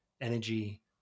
energy